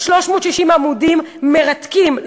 ב-360 עמודים מרתקים,